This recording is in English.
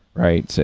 right? so